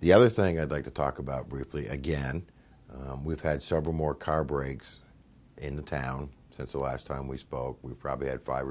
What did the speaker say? the other thing i'd like to talk about briefly again we've had several more car breaks in the town since the last time we spoke we probably had five or